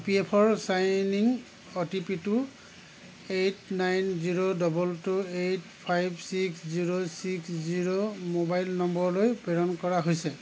E P F O sign in অ'টিপিটো eight nine zero double two eight five six zero six zero mobile নম্বৰলৈ প্ৰেৰণ কৰা হৈছে